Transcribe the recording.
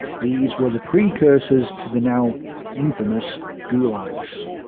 these were the precursors to the now infamous gulags.